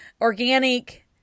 organic